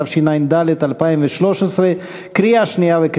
התשע"ד 2013,